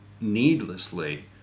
needlessly